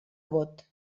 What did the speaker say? vot